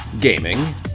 gaming